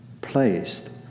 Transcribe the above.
placed